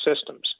systems